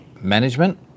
Management